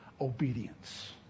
obedience